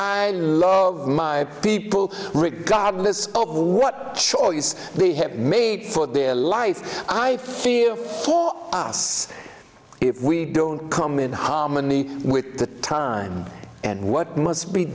i love my people regardless of what choice they have made for their life i fear for us if we don't come in harmony with the time and what must be